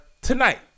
Tonight